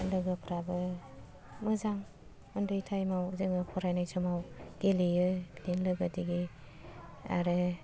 लोगोफ्राबो मोजां उन्दै टाइमआव जोङो फरायनाय समाव गेलेयो बिदिनो लोगो दिगि आरो